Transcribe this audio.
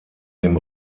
dem